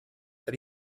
that